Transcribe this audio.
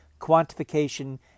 Quantification